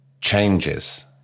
changes